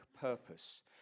purpose